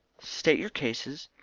state your cases.